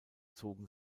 zogen